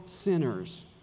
sinners